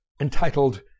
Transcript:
Entitled